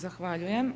Zahvaljujem.